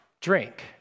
drink